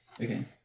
Okay